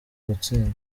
gutsinda